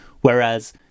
whereas